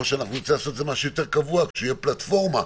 או שנצטרך לעשות משהו יותר קבוע, שיהיה פלטפורמה.